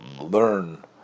learn